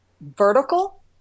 vertical